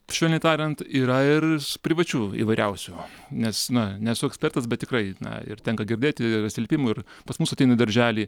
švelniai tariant yra ir privačių įvairiausių nes na nesu ekspertas bet tikrai na ir tenka girdėti ir atsiliepimų pas mus ateina į darželį